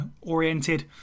oriented